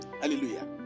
hallelujah